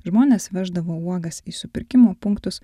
žmonės veždavo uogas į supirkimo punktus